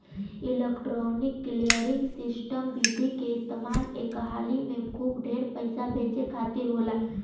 electronic clearing system विधि के इस्तेमाल एक हाली में खूब ढेर पईसा भेजे खातिर होला